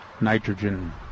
nitrogen